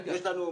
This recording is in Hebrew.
יש לנו מחשבות.